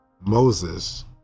Moses